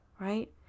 right